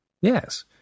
Yes